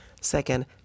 Second